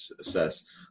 assess